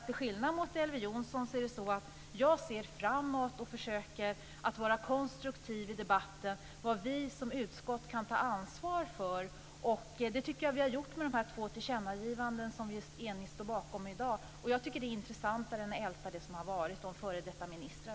Till skillnad mot Elver Jonsson ser jag framåt och försöker vara konstruktiv i debatten när det gäller vad vi som utskott kan ta ansvar för. Det tycker jag att vi har gjort med de två tillkännagivanden som vi eniga står bakom. Det är intressantare än att älta det som har varit om före detta ministrar.